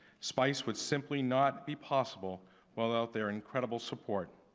spice would simply not be possible without their incredible support.